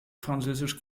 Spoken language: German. französisch